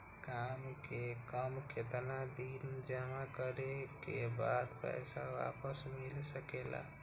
काम से कम केतना दिन जमा करें बे बाद पैसा वापस मिल सकेला?